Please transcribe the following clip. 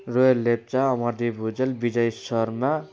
royal Lepcha अमादि भुजेल विजय शर्मा